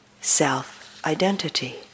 self-identity